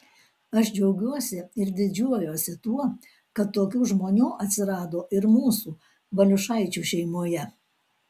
aš džiaugiuosi ir didžiuojuosi tuo kad tokių žmonių atsirado ir mūsų valiušaičių šeimoje